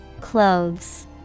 Clothes